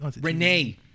Renee